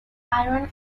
iron